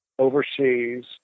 overseas